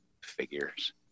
figures